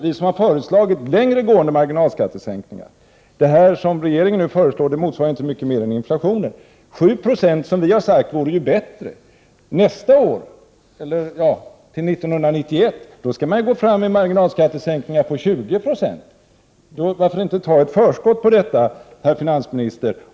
Vi som har föreslagit längre gående marginalskattesänkningar kan ju ta det som ett erkännande. Vad regeringen nu föreslår motsvarar inte mycket mer än inflationen. 7 90 ilönehöjning, som vi har sagt, vore bättre. För 1991 skall man ju gå fram med marginalskattesänkningar på 20 90. Varför inte ta ett förskott på denna marginalskattesänkning, herr finansministern?